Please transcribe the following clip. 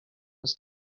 was